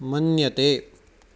मन्यते